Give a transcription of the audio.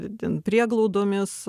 ten prieglaudomis